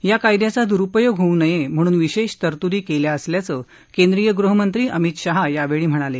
या कायद्याचा दुरूपयोग होऊ नये म्हणून विशेष तरतुदी केल्या असल्याचं केंद्रीय गृहमंत्री अमित शहा यावेळी म्हणाले